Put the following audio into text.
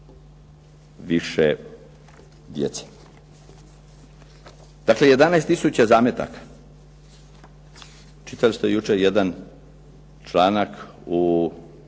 više djece. Dakle, 11 tisuća zametaka. Čitali ste jučer članak u